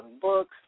books